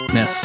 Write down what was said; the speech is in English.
Yes